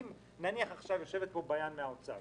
יושבת פה ביאן מהאוצר.